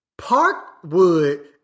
Parkwood